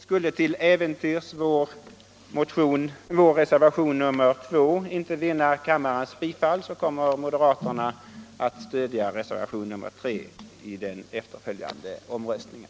Skulle till äventyrs vår reservation 2 inte vinna kammarens bifall kommer moderaterna att stödja reservationen 3 i den efterföljande omröstningen.